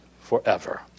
forever